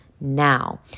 now